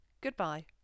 goodbye